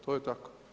To je tako.